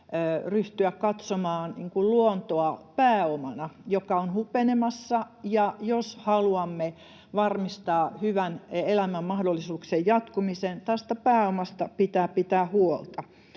ryhtyä katsomaan luontoa pääomana, joka on hupenemassa, ja jos haluamme varmistaa hyvän elämän mahdollisuuksien jatkumisen, tästä pääomasta pitää pitää huolta.